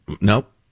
Nope